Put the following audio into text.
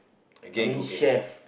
again cooking